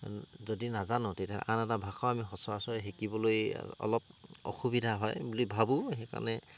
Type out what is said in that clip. যদি নাজানো তেতিয়া আন এটা ভাষাও আমি সচৰাচৰ শিকিবলৈ অলপ অসুবিধা হয় বুলি ভাবোঁ সেইকাৰণে